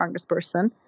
congressperson